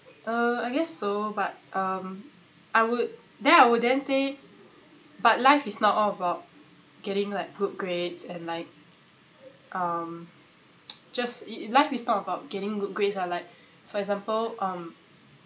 uh I guess so but um I would then I would then say but life is not all about getting like good grades and like um just e~ life is not about getting good grades like for example um